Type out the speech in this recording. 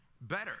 better